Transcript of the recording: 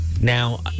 Now